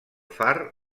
far